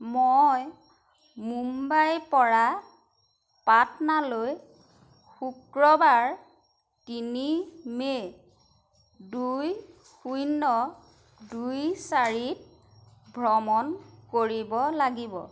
মই মুম্বাইৰপৰা পাটনালৈ শুক্ৰবাৰ তিনি মে' দুই শূন্য দুই চাৰিত ভ্ৰমণ কৰিব লাগিব